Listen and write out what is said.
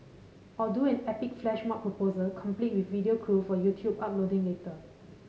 or do an epic flash mob proposal complete with video crew for YouTube uploading later